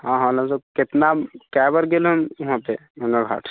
हँ हँ लमसम कितना कएबेर गेल होइम वहाँपर गंगा घाट